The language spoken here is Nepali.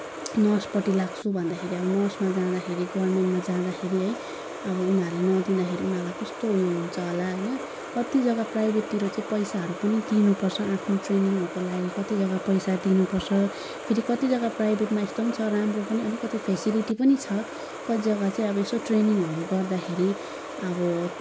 नर्सपट्टि लाग्छु भन्दाखेरि अब नर्समा जाँदाखेरि गभर्मेन्टमा जाँदाखेरि है अब उनीहरूले नदिँदाखेरि उनीहरूलाई कस्तो उयो हुन्छ होला कति जग्गा प्राइभेटतिर चाहिँ पैसाहरू पनि दिनुपर्छ आफ्नो ट्रेनिङहरूको लागि कति जग्गा पैसा दिनुपर्छ फेरि कति जग्गा प्राइभेटमा यस्तो पनि छ राम्रो पनि अलिकति फेसिलिटी पनि छ कति जग्गा चाहिँ अब यसो ट्रेनिङहरू गर्दाखेरि अब